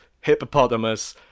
hippopotamus